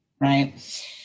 right